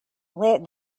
let